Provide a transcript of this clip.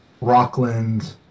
Rockland